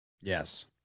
Yes